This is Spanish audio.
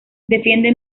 defiende